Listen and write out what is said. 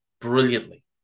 brilliantly